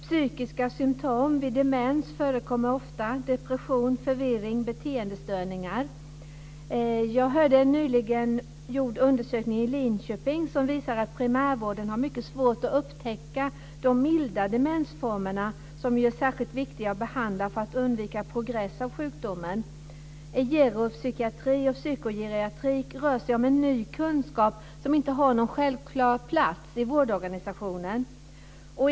Psykiska symtom förekommer ofta vid demens, depression, förvirring, beteendestörningar. Det har nyligen gjorts en undersökning i Linköping. Den visar att primärvården har mycket svårt att upptäcka de milda demensformerna som ju är särskilt viktiga att behandla för att man ska undvika progress av sjukdomen. Geropsykiatri och psykogeriatrik är en ny kunskap som inte har någon självklar plats i vårdorganisationen.